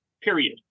period